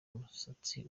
umusatsi